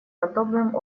подобным